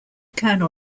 colonel